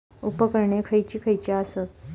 उपकरणे खैयची खैयची आसत?